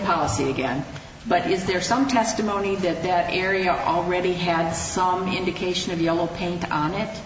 policy again but is there some testimony that that area already had some indication of yellow paint on it